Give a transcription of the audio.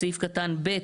סעיף קטן (ב),